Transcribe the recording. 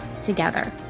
together